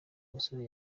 musore